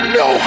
no